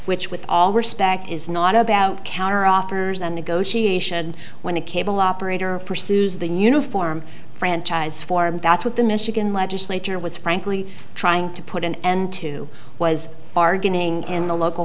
which with all respect is not about counteroffers and negotiation when a cable operator pursues the uniform franchise for him that's what the michigan legislature was frankly trying to put an end to was bargaining in the local